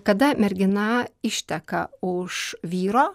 kada mergina išteka už vyro